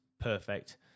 Perfect